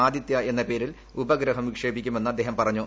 ആദിത്യ എന്ന പേരിൽ ഉപഗ്രഹം വിക്ഷേപിക്കുമെന്ന് അദ്ദേഹം പറഞ്ഞു